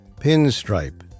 pinstripe